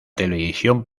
televisión